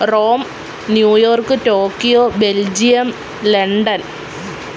Rome New York Tokyo Belgium London